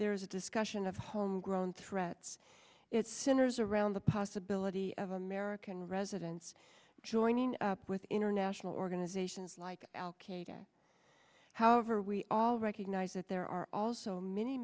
there is a discussion of homegrown threats it centers around the possibility of american residents joining up with international organizations like al qaeda however we all recognize that there are also many